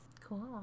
Cool